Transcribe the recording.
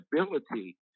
ability